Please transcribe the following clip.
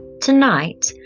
Tonight